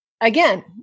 again